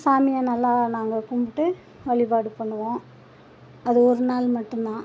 சாமியை நல்லா நாங்கள் கும்பிட்டு வழிபாடு பண்ணுவோம் அது ஒரு நாள் மட்டும் தான்